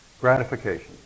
Gratification